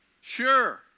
Sure